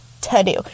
to-do